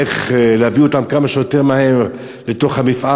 איך להביא אותם כמה שיותר מהר לתוך המפעל